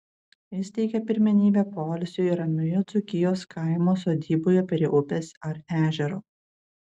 jis teikia pirmenybę poilsiui ramioje dzūkijos kaimo sodyboje prie upės ar ežero